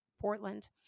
Portland